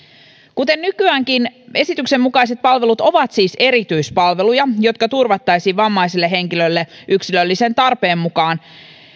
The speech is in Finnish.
kuten nykyäänkin esityksen mukaiset palvelut ovat siis erityispalveluja jotka turvattaisiin vammaisille henkilöille yksilöllisen tarpeen mukaan